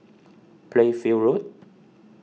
Playfair Road